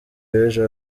b’ejo